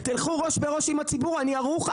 תלכו ראש בראש עם הציבור - אני ערוך,